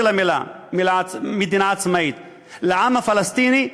המילים "מדינה עצמאית" לעם הפלסטיני,